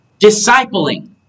discipling